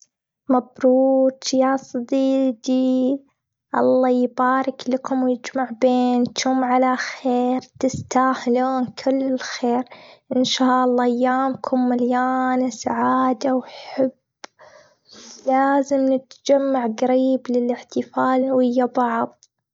مبروك يا صديقي. الله يبارك لكم ويجمع بينكم على خير. تستاهلون كل الخير، ان شاء الله أيامكم مليانة سعادة وحب. لازم نتجمع قريب للإحتفال ويا بعض.